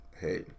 hey